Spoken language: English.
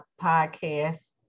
podcast